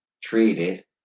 treated